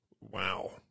Wow